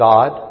God